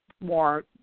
more